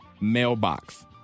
mailbox